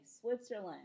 Switzerland